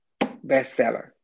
bestseller